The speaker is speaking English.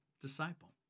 disciple